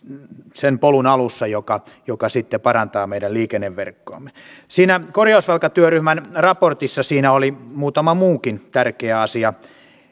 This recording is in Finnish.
sen polun alussa joka joka sitten parantaa meidän liikenneverkkoamme siinä korjausvelkatyöryhmän raportissa oli muutama muukin tärkeä asia